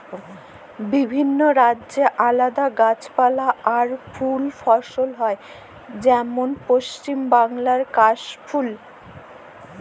বিভিল্য রাজ্যে আলাদা গাছপালা আর ফুল ফসল হ্যয় যেমল পশ্চিম বাংলায় কাশ ফুল